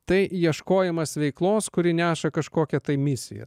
tai ieškojimas veiklos kuri neša kažkokią tai misiją